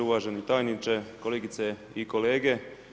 Uvaženi tajniče, kolegice i kolege.